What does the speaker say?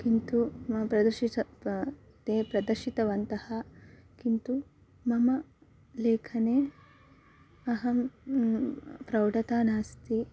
किन्तु ते प्रदर्शितवन्तः किन्तु मम लेखने अहं प्रौढता नास्ति